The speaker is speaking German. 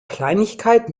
kleinigkeit